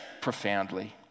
profoundly